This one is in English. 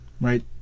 right